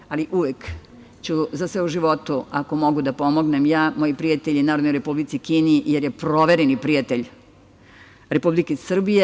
Uvek, ali uvek ću za sve u životu, ako mogu da pomognem, ja, moji prijatelji, Narodnoj Republici Kini, jer je provereni prijatelj Republike Srbije.